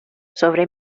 sobre